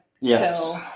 yes